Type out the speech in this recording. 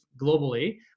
globally